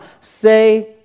Say